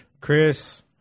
Chris